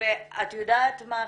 ואת יודעת מה,